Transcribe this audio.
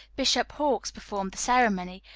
bishop hawks, performed the ceremony,